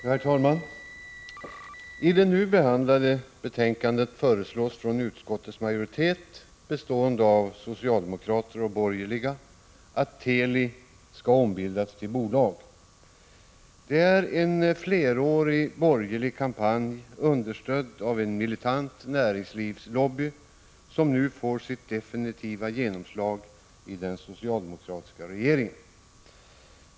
Herr talman! I det nu behandlade betänkandet föreslås från utskottets majoritet, bestående av socialdemokrater och borgerliga, att Teli skall ombildas till bolag. Det är en flerårig borgerlig kampanj, understödd av en militant näringslivs-lobby, som nu får sitt definitiva genomslag i den socialdemokratiska regeringen.